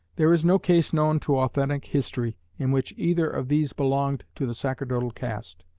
there is no case known to authentic history in which either of these belonged to the sacerdotal caste.